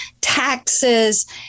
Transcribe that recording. taxes